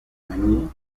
menudo